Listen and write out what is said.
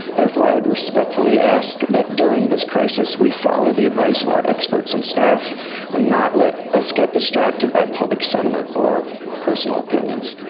therefore, i would respectfully ask that during this crisis, we follow the advice of our experts and staff and not let us get distracted by public sentiment or our personal opinions.